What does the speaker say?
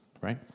right